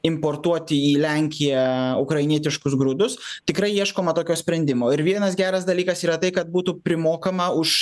importuoti į lenkiją ukrainietiškus grūdus tikrai ieškoma tokio sprendimo ir vienas geras dalykas yra tai kad būtų primokama už